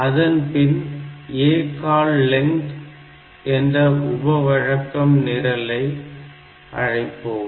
அதன்பின் ACALL length என்ற உபவழக்கம் நிரலை அழைப்போம்